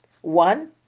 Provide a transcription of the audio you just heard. One